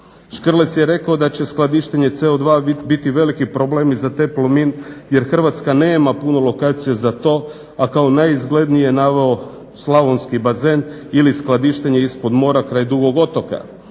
Škrlec je rekao da će skladištenje CO2 biti veliki problem i za TE Plomin jer Hrvatska nema puno lokacija za to, a kao naizglednije je naveo slavonski bazen ili skladištenje ispod mora kraj Dugog otoka.